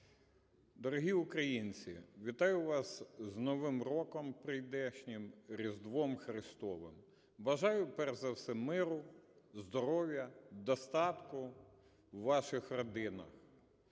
Дорогі українці! Вітаю вас з Новим роком прийдешнім, Різдвом Христовим! Бажаю, перш за все, миру, здоров'я, достатку у ваших родинах,